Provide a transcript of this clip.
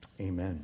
Amen